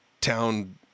town